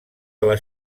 les